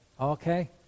Okay